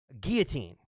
guillotine